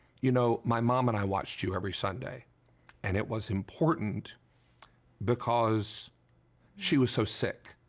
you know, my mom and i watch you every sunday and it was important because she was so sick.